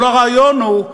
כל הרעיון הוא,